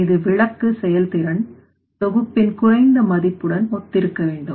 இது விளக்கு செயல்திறன் தொகுப்பின் குறைந்த மதிப்புடன் ஒத்திருக்க வேண்டும்